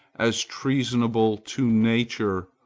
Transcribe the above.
as treasonable to nature,